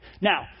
Now